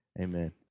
Amen